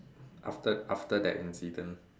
after after that incident